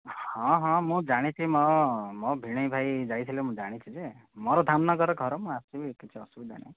ହଁ ହଁ ମୁଁ ଜାଣିଛି ମୋ ମୋ ଭିଣୋଇ ଭାଇ ଯାଇଥିଲେ ମୁଁ ଜାଣିଛି ଯେ ମୋର ଧାମନଗର ଘର ମୁଁ ଆସିବି କିଛି ଅସୁବିଧା ନାହିଁ